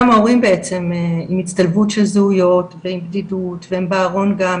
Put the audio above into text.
גם ההורים בעצם עם הצטלבות של זהויות ועם בדידות והם בארון גם,